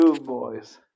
boys